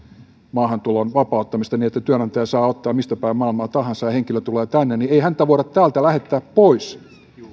maahantulon vapauttamisesta niin että työnantaja saa ottaa mistä päin maailmaa tahansa niin kun henkilö tulee tänne ei voi olla sillä tavalla että hänet voidaan täältä lähettää pois